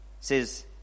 says